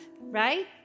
right